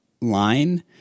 line